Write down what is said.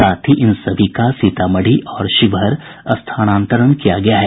साथ ही इन सभी का सीतामढ़ी और शिवहर स्थानांतरण किया गया है